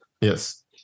Yes